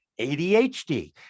ADHD